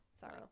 Sorry